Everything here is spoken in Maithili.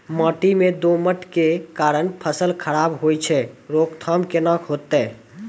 माटी म दीमक के कारण फसल खराब होय छै, रोकथाम केना होतै?